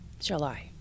july